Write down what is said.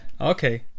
okay